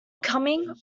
coming